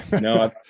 No